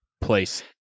place